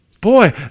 Boy